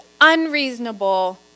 unreasonable